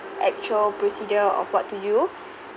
actual procedure of what to you